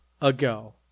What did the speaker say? ago